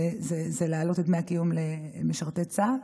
להעלות את דמי הקיום למשרתי צה"ל,